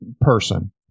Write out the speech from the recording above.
person